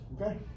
okay